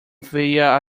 via